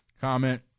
comment